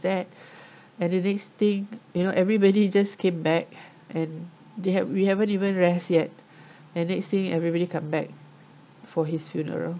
that and the next thing you know everybody just came back and they have we haven't even rest yet and next thing everybody come back for his funeral